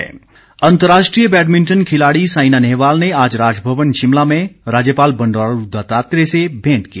badminton अंतर्राष्ट्रीय badminton खिलाड़ी साइना नेहवाल ने आज राजभवन शिमला में राज्यपाल बंडारू दत्तात्रेय से भेंट की